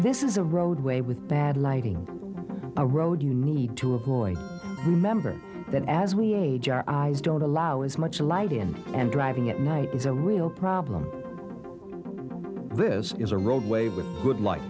this is a roadway with bad lighting a road you need to avoid remember that as we age our eyes don't allow as much light in and driving at night is a real problem this is a roadway with good li